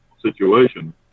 situation